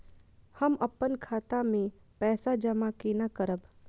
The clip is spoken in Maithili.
हम अपन खाता मे पैसा जमा केना करब?